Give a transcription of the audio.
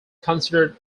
considered